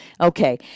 Okay